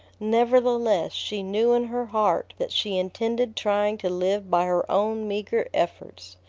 nevertheless, she knew in her heart that she intended trying to live by her own meagre efforts,